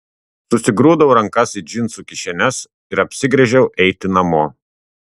susigrūdau rankas į džinsų kišenes ir apsigręžiau eiti namo